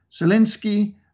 Zelensky